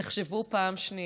תחשבו פעם שנייה.